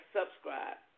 subscribe